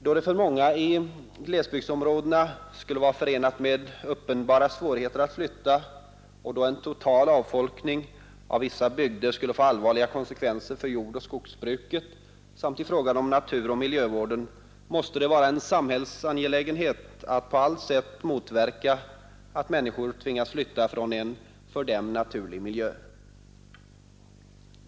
Då det för många i glesbygdsområdena skulle vara förenat med uppenbara svårigheter att flytta, och då en total avfolkning av vissa bygder skulle få allvarliga konsekvenser för jordoch skogsbruket samt i fråga om naturoch miljövården, måste det vara en samhällsangelägenhet att på allt sätt motverka att människor tvingas flytta från en för dem naturlig miljö.